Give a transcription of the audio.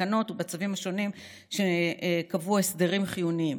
תקנות וצווים שונים שקבעו הסדרים חיוניים